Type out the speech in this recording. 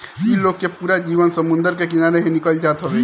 इ लोग के पूरा जीवन समुंदर के किनारे ही निकल जात हवे